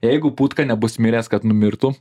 jeigu putka nebus miręs kad numirtų